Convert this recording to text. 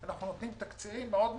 אנחנו נותנים תקצירים מאוד תמציתיים,